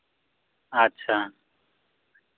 ᱟᱪᱪᱷᱟ